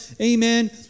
Amen